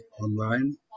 online